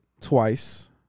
twice